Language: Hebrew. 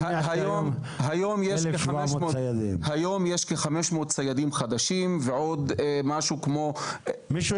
היום יש כ-500 ציידים חדשים ועוד משהו כמו --- מישהו